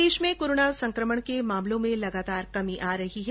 प्रदेश में कोरोना संकमणों के मामलों में लगातार कमी आ रही है